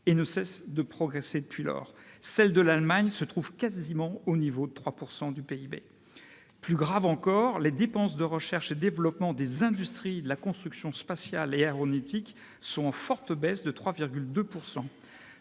et ne cessent de progresser ; celles de l'Allemagne se trouvent quasiment au niveau de 3 % du PIB. Plus grave encore, les dépenses de recherche et développement des industries de la construction spatiale et aéronautique sont en forte baisse, de 3,2 %.